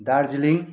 Darjeeling